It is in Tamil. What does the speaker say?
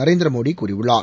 நரேந்திரமோடி கூறியுள்ளார்